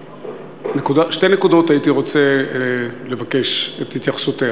בשתי נקודות הייתי רוצה לבקש את התייחסותך.